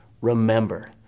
Remember